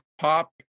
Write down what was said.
Pop